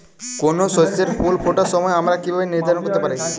কোনো শস্যের ফুল ফোটার সময় আমরা কীভাবে নির্ধারন করতে পারি?